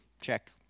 check